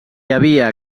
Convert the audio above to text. havia